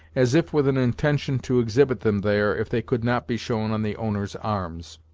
as if with an intention to exhibit them there, if they could not be shown on the owner's arms.